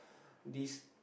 this